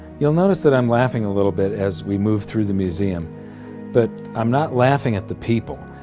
you'll notice that i'm laughing a little bit as we move through the museum but i'm not laughing at the people,